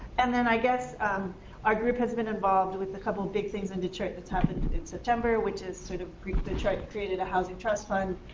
and then i guess our group has been involved with a couple of big things in detroit that's happened in september, which has sort of detroit created a housing trust fund,